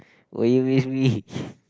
will you miss me